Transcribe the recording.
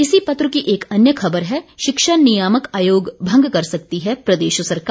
इसी पत्र की एक अन्य खबर है शिक्षा नियामक आयोग भंग कर सकती है प्रदेश सरकार